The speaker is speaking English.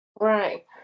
Right